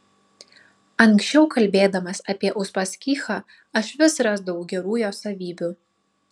anksčiau kalbėdamas apie uspaskichą aš vis rasdavau gerų jo savybių